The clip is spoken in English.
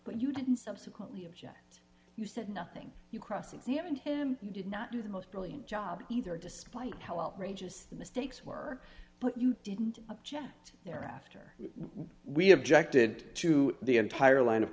but you didn't subsequently object you said nothing you cross examined him you did not do the most brilliant job either despite how outrageous the mistakes were but you didn't object thereafter we objected to the entire line of